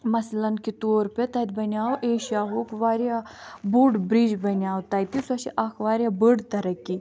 مثلاً کے طور پر تَتہِ بَنیاو ایشیاہُک واریاہ بوٚڑ بِرٛج بَنیاو تَتہِ سۄ چھِ اَکھ واریاہ بٔڑ تَرقی